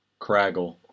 Craggle